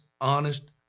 honest